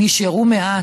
נשארו מעט,